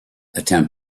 attempt